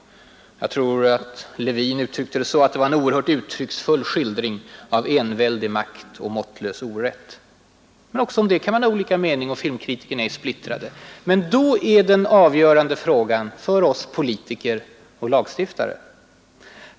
Jag tror att Levin uttryckte det så att den var ”en oerhört uttrycksfull skildring av enväldig makt och måttlös orätt”. Men också om det kan man ha olika mening, och filmkritikerna är splittrade. Men då kommer vi till den avgörande frågan för oss politiker och lagstiftare.